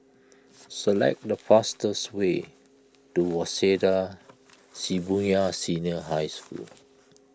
select the fastest way to Waseda Shibuya Senior High School